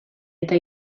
eta